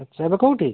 ଆଚ୍ଛା ଏବେ କେଉଁଠି